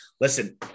listen